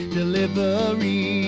delivery